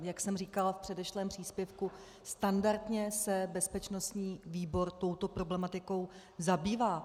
Jak jsem říkala v předešlém příspěvku, standardně se bezpečnostní výbor touto problematikou zabývá.